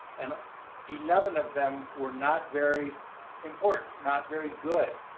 and eleven of them were not very important, not very good.